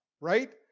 Right